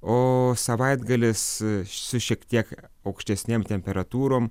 o savaitgalis su šiek tiek aukštesnėm temperatūrom